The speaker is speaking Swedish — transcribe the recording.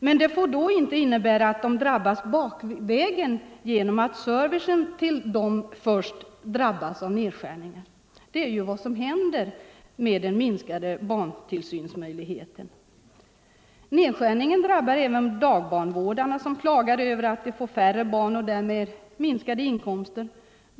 Men det får inte innebära att de drabbas bakvägen genom att servicen till dem först drabbas av nedskärningar. Det är ju vad som händer med den minskade barntillsynsmöjligheten. Nedskärningen drabbar även dagbarnvårdarna, som klagar över att de får färre barn att vårda och därmed minskade inkomster.